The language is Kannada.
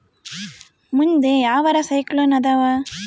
ಮುಂದೆ ಯಾವರ ಸೈಕ್ಲೋನ್ ಅದಾವ?